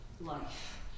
life